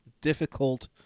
difficult